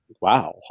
wow